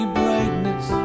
brightness